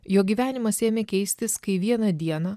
jo gyvenimas ėmė keistis kai vieną dieną